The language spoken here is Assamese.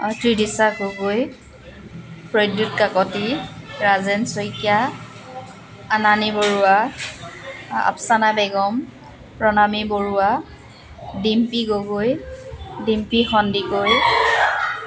ত্ৰিদিশা গগৈ প্ৰদ্যুৎ কাকতী ৰাজেন শইকীয়া আমানী বৰুৱা আফচানা বেগম প্ৰণামি বৰুৱা ডিম্পী গগৈ ডিম্পী সন্দিকৈ